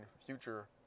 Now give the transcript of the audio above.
future